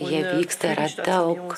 jie vyksta yra daug